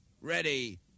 ready